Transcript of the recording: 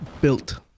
built